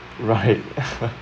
right